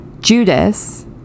Judas